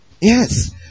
Yes